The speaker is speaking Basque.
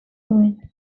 nuen